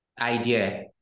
idea